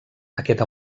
aquest